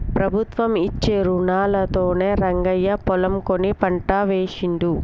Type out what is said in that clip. ప్రభుత్వం ఇచ్చే రుణాలతోనే రంగయ్య పొలం కొని పంట వేశిండు